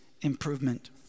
improvement